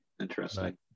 Interesting